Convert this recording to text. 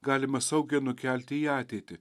galima saugiai nukelti į ateitį